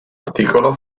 articolo